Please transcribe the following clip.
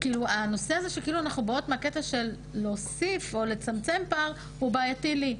הנושא הזה שכאילו אנחנו באות להוסיף או לצמצם פער הוא בעייתי לי.